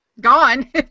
gone